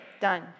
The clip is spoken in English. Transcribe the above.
Done